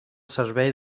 servei